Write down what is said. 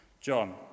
John